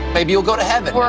maybe you'll go to heaven.